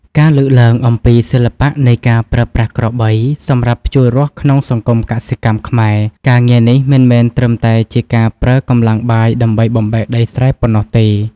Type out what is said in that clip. ការលើកឡើងអំពីសិល្បៈនៃការប្រើប្រាស់ក្របីសម្រាប់ភ្ជួររាស់ក្នុងសង្គមកសិកម្មខ្មែរ ការងារនេះមិនមែនត្រឹមតែជាការប្រើកម្លាំងបាយដើម្បីបំបែកដីស្រែប៉ុណ្ណោះទេ។